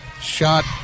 Shot